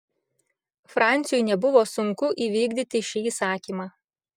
franciui nebuvo sunku įvykdyti šį įsakymą